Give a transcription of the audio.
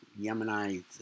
Yemenite